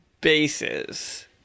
bases